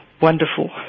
Wonderful